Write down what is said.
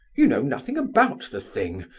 you know nothing about the thing,